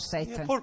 Satan